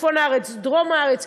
צפון הארץ,